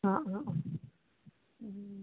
ആ ആ ആ